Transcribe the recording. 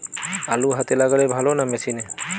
আলু হাতে লাগালে ভালো না মেশিনে?